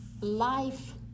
life